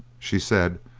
she said,